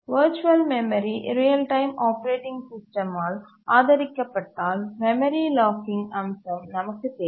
virtual memory real time operating சிஸ்டமால் ஆதரிக்கப்பட்டால் memory locking அம்சம் நமக்கு தேவை